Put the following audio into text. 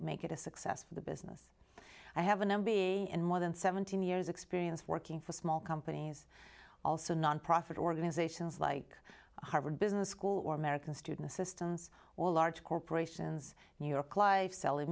make it a success for the business i have an m b a and more than seventeen years experience working for small companies also nonprofit organizations like harvard business school or american student assistance or large corporations new york life sell in